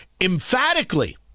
emphatically